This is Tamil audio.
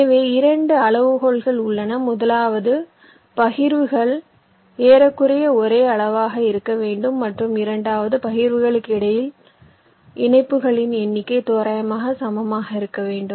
எனவே 2 அளவுகோல்கள் உள்ளன முதலாவது பகிர்வுகள் ஏறக்குறைய ஒரே அளவாக இருக்க வேண்டும் மற்றும் இரண்டாவது பகிர்வுகளுக்கு இடையிலான இணைப்புகளின் எண்ணிக்கை தோராயமாக சமமாக இருக்க வேண்டும்